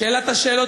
שאלת השאלות,